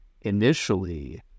initially